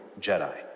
Jedi